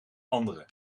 andere